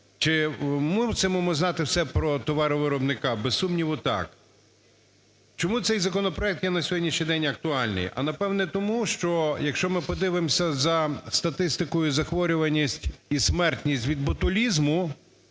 чи мусимо ми знати все про товаровиробника – без сумніву, так. Чому цей законопроект є на сьогоднішній день актуальний? А, напевне, тому, що, якщо ми подивимося за статистикою захворюваність і смертність від ботулізму,